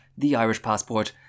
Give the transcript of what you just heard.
theirishpassport